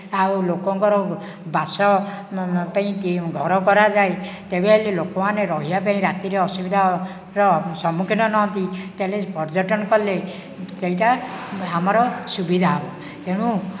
ଆଉ ଲୋକଙ୍କର ବାସ ପାଇଁ ଘର କରାଯାଏ ତେବେ ହେଲେ ଲୋକ ମାନେ ରହିବା ପାଇଁ ରାତିରେ ଅସୁବିଧାର ସମ୍ମୁଖୀନ ନହନ୍ତି ତାହେଲେ ପର୍ଯ୍ୟଟନ କଲେ ସେଇଟା ଆମର ସୁବିଧା ହବ ତେଣୁ